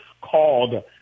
called